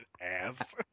ass